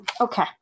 Okay